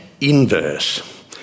inverse